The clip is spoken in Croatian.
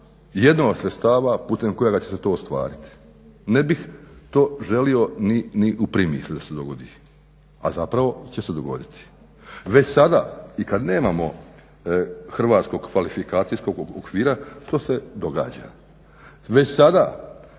jedno od sredstava putem kojega će se to ostvariti. Ne bih to želio ni u primisli da se dogodi a zapravo će se dogoditi. Već sada i kad nemamo hrvatskog kvalifikacijskog okvira to se događa. Već sada